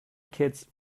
kids